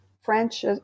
French